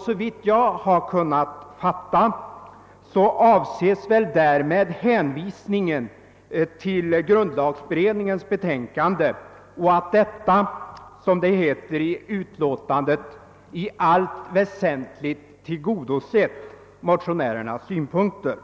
Såvitt jag har kunnat finna avses därmed hänvisningen till grundlagberedningens betänkande. Med detta har, som det heter i utlåtandet, motionärernas synpunkter tillgodosetts i allt väsentligt.